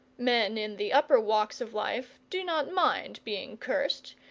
men in the upper walks of life do not mind being cursed,